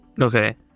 Okay